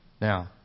Now